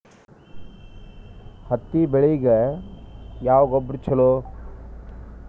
ಹತ್ತಿ ಬೆಳಿಗ ಯಾವ ಗೊಬ್ಬರ ಛಲೋ?